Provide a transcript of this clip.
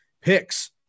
picks